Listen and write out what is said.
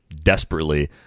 desperately